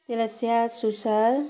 त्यसलाई स्याहार सुसार